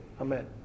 Amen